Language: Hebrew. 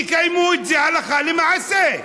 תקיימו את זה הלכה למעשה.